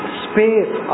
space